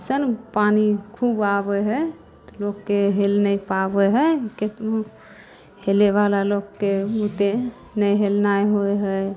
सन पानी खूब आबै हइ तऽ लोकके हेलि नहि पाबै हइ कतनो हेलैवला लोकके ओतेक नहि हेलनाइ होइ हइ